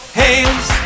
hands